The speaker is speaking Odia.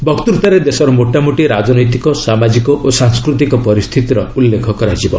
ବକ୍ତୁତାରେ ଦେଶର ମୋଟାମୋଟି ରାଜନୈତିକ ସାମାଜିକ ଓ ସାଂସ୍କୃତିକ ପରିସ୍ଥିତିର ଉଲ୍ଲେଖ କରାଯିବ